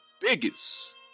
biggest